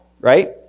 Right